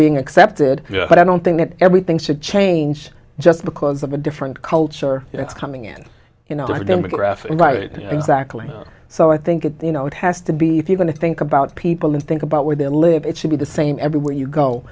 being accepted but i don't think that everything should change just because of a different culture that's coming in you know the demographic right exactly so i think it you know it has to be if you want to think about people and think about where they live it should be the same everywhere you